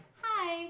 Hi